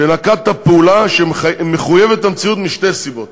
שנקטת פעולה שהיא מחויבת המציאות משתי סיבות: